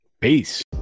Peace